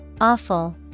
Awful